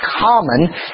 common